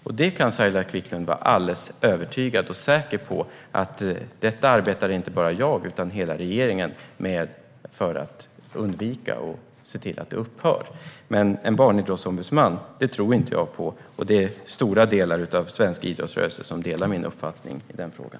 Saila Quicklund kan vara alldeles övertygad om och säker på att inte bara jag utan hela regeringen arbetar för att detta ska undvikas och för att se till att det upphör. En barnidrottsombudsman tror jag inte på, och stora delar av svensk idrottsrörelse delar min uppfattning i den frågan.